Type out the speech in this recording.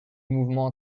mouvement